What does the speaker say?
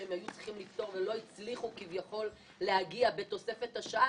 שהם היו צריכים ליצור ולא הצליחו כביכול להגיע בתוספת השעה,